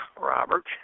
Robert